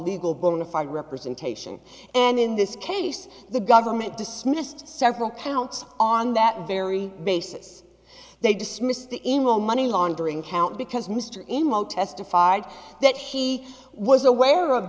legal bona fide representation and in this case the government dismissed several counts on that very basis they dismissed the in will money laundering count because mr in wall testified that she was aware of